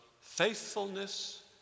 faithfulness